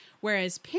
Whereas